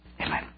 Amen